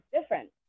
different